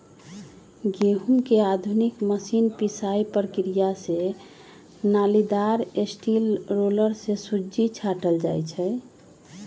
गहुँम के आधुनिक मशीन पिसाइ प्रक्रिया से नालिदार स्टील रोलर से सुज्जी छाटल जाइ छइ